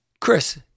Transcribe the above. Chris